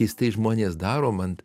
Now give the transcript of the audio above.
keistai žmonės daro man